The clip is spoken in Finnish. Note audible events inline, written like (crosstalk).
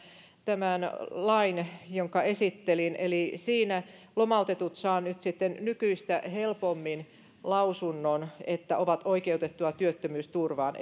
tämän lain jonka esittelin eli siinä lomautetut saavat nyt sitten nykyistä helpommin lausunnon siitä että ovat oikeutettuja työttömyysturvaan (unintelligible)